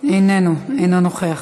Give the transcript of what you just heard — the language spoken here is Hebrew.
אינו נוכח,